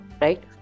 right